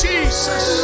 Jesus